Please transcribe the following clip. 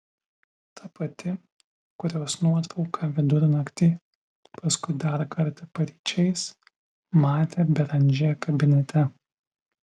ta pati kurios nuotrauką vidurnaktį paskui dar kartą paryčiais matė beranžė kabinete